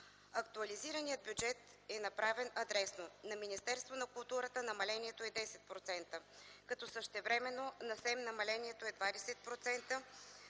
Актуализираният бюджет е направен адресно. На Министерството на културата намалението е 10%, като същевременно на СЕМ намалението е 20%,